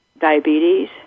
diabetes